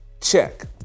Check